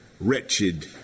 wretched